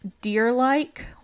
deer-like